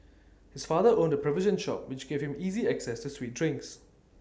his father owned A provision shop which gave him easy access to sweet drinks